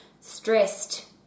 stressed